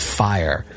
fire